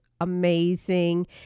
amazing